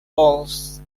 poles